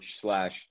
slash